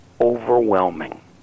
overwhelming